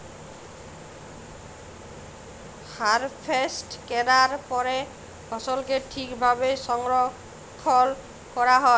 harvest ক্যরার পরে ফসলকে ঠিক ভাবে সংরক্ষল ক্যরা হ্যয়